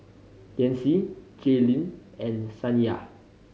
Yancy Jaylyn and Saniya